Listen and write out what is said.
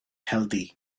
healthy